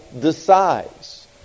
decides